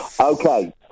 Okay